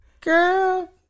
Girl